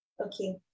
okay